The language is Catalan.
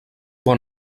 bon